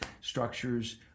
structures